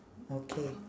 okay